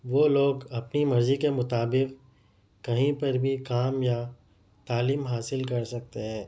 وہ لوگ اپنی مرضی کے مطابق کہیں پر بھی کام یا تعلیم حاصل کر سکتے ہیں